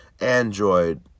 Android